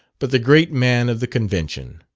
but the great man of the convention.